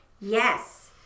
Yes